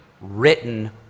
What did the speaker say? written